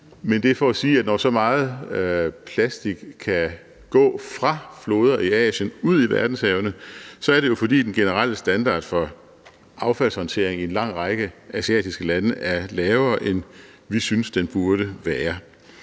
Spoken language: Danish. men det er for at sige, at når så meget plastik kan gå fra floder i Asien og ud i verdenshavene, er det jo, fordi den generelle standard for affaldshåndtering i en lang række asiatiske lande er lavere, end vi synes den burde være.